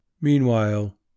meanwhile